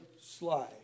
slide